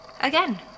Again